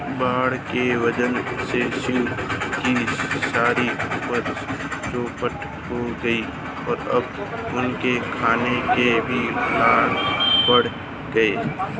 बाढ़ के वजह से शिव की सारी उपज चौपट हो गई और अब उनके खाने के भी लाले पड़ गए हैं